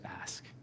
ask